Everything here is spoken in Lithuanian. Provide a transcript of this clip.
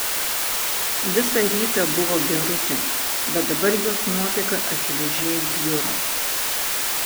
visą rytą buvo gerutė bet dabar jos nuotaika akivaizdžiai bjuro